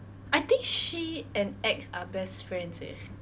i think she and X are best friends eh